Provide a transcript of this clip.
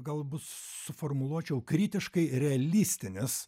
galbūt suformuluočiau kritiškai realistinis